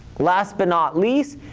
last but not least,